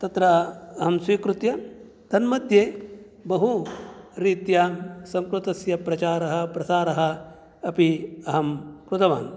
तत्र अहं स्वीकृत्य तन्मध्ये बहु रीत्यां संस्कृतस्य प्रचारः प्रसारः अपि अहं कृतवान्